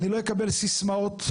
אני לא אקבל סיסמאות.